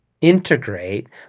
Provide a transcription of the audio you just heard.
integrate